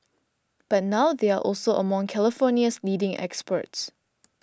but now they are also among California's leading exports